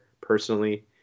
personally